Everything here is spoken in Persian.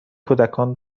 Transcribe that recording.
کودکان